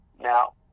Now